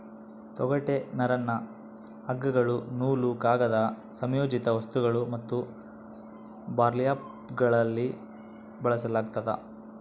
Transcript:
ತೊಗಟೆ ನರನ್ನ ಹಗ್ಗಗಳು ನೂಲು ಕಾಗದ ಸಂಯೋಜಿತ ವಸ್ತುಗಳು ಮತ್ತು ಬರ್ಲ್ಯಾಪ್ಗಳಲ್ಲಿ ಬಳಸಲಾಗ್ತದ